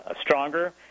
stronger